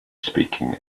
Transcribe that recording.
speaking